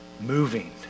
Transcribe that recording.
moving